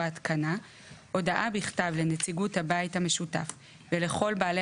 ההתקנה הודעה בכתב לנציגות הבית המשותף ולכל בעלי